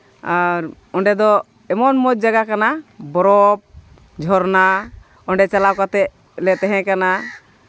ᱟᱨ ᱚᱸᱰᱮ ᱫᱚ ᱮᱢᱚᱱ ᱢᱚᱡᱽ ᱡᱟᱭᱜᱟ ᱠᱟᱱᱟ ᱵᱚᱨᱚᱯᱷ ᱡᱷᱚᱨᱱᱟ ᱚᱸᱰᱮ ᱪᱟᱞᱟᱣ ᱠᱟᱛᱮᱫ ᱞᱮ ᱛᱟᱦᱮᱸ ᱠᱟᱱᱟ